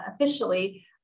officially